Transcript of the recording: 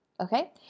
Okay